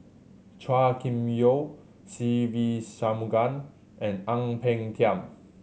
Chua Kim Yeow Se Ve Shanmugam and Ang Peng Tiam